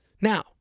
now